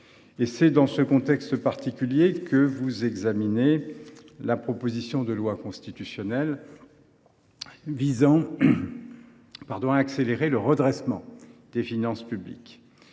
C’est dans ce contexte particulier que vous débattez de la proposition de loi constitutionnelle visant à accélérer le redressement des finances publiques.